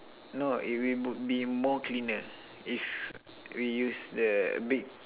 no it will would be more cleaner if we use the big